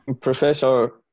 Professor